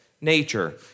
nature